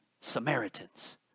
Samaritans